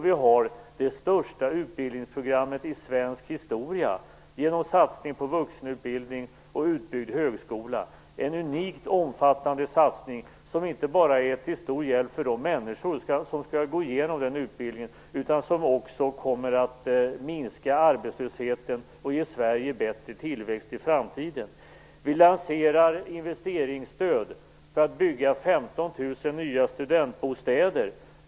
Vi har det största utbildningsprogrammet i svensk historia genom en satsning på vuxenutbildning och en utbyggd högskola. Det är en unikt omfattande satsning som inte bara är till stor hjälp för de människor som skall gå igenom utbildningen. Den kommer också att minska arbetslösheten och ge Sverige bättre tillväxt i framtiden. Vi lanserar investeringsstöd för att bygga 15 000 nya studentbostäder.